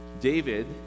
David